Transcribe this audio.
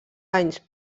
anys